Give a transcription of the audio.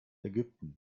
ägypten